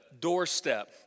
doorstep